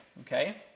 okay